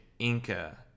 inca